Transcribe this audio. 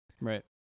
Right